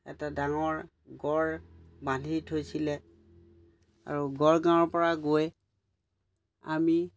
এটা ডাঙৰ গড় বান্ধি থৈছিলে আৰু গড়গাঁৱৰ পৰা গৈ আমি